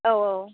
औ औ